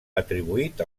atribuït